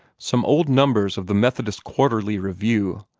some old numbers of the methodist quarterly review,